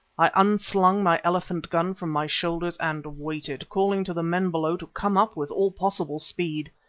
i unslung my elephant gun from my shoulders and waited, calling to the men below to come up with all possible speed.